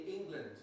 England